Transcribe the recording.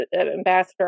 ambassador